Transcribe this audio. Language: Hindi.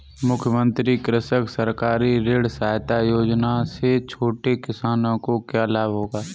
मुख्यमंत्री कृषक सहकारी ऋण सहायता योजना से छोटे किसानों को क्या लाभ होगा?